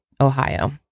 Ohio